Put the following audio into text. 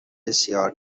بسیار